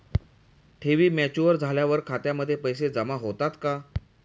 ठेवी मॅच्युअर झाल्यावर खात्यामध्ये पैसे जमा होतात का?